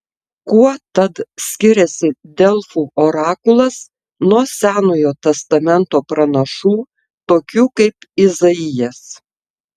kuo tad skiriasi delfų orakulas nuo senojo testamento pranašų tokių kaip izaijas